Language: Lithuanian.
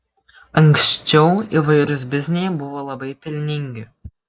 anksčiau įvairūs bizniai buvo labai pelningi